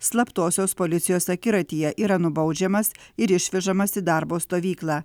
slaptosios policijos akiratyje yra nubaudžiamas ir išvežamas į darbo stovyklą